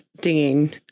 dinging